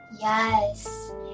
yes